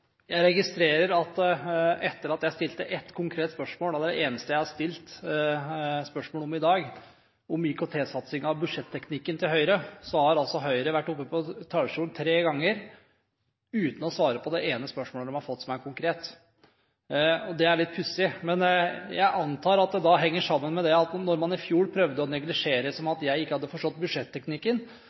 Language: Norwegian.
Jeg registrerer at etter at jeg stilte et konkret spørsmål – og det er det eneste jeg har stilt spørsmål om i dag – om IKT-satsingen og budsjettteknikken til Høyre, har Høyre vært oppe på talerstolen tre ganger uten å svare på det ene spørsmålet de har fått som er konkret. Det er litt pussig, men jeg antar at det henger sammen med at mens man i fjor prøvde å neglisjere det ved å si at jeg ikke hadde forstått